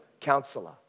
counselor